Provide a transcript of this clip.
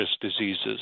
diseases